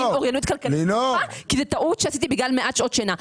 אוריינות כלכלית כי זה טעות שעשיתי בגלל מעט שעות שינה.